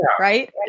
right